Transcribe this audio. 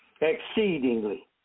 exceedingly